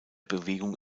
bewegung